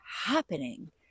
happening